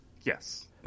Yes